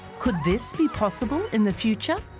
could this be possible in the future